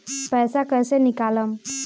पैसा कैसे निकालम?